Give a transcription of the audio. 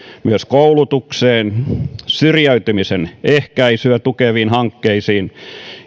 myös koulutukseen syrjäytymisen ehkäisyä tukeviin hankkeisiin